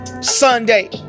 Sunday